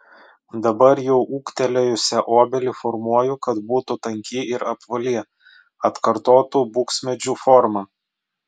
dabar jau ūgtelėjusią obelį formuoju kad būtų tanki ir apvali atkartotų buksmedžių formą